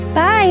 Bye